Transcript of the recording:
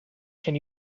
can